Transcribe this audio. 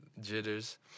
jitters